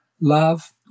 love